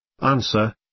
Answer